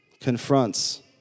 confronts